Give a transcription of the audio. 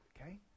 Okay